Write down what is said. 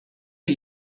are